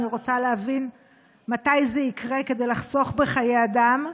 אני רוצה להבין מתי זה יקרה, כדי לחסוך בחיי אדם.